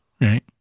right